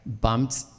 bumped